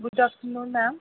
good afternoon ma'am